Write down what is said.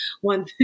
one